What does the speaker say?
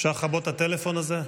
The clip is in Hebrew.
אפשר לכבות את הטלפון הזה?